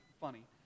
funny